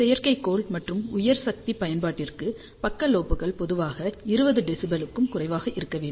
செயற்கைக்கோள் மற்றும் உயர் சக்தி பயன்பாட்டிற்கு பக்க லோப்கள் பொதுவாக 20 dB க்கும் குறைவாக இருக்க வேண்டும்